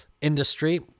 industry